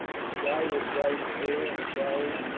the sky was bright and clear, and charlie,